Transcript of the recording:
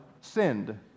sinned